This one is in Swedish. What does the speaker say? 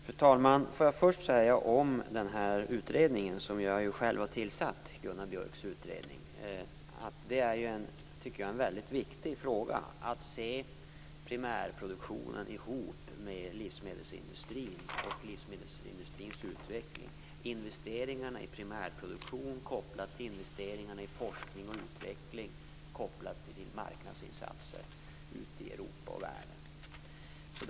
Fru talman! Låt mig först säga något om Gunnar Björks utredning, som jag själv har tillsatt. Jag tycker att det är väldigt viktigt att se primärproduktionen tillsammans med livsmedelsindustrin och livsmedelsindustrins utveckling, dvs. investeringarna i primärproduktion kopplat till investeringarna i forskning och utveckling kopplat till marknadsinsatser ute i Europa och världen.